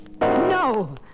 No